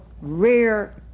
rare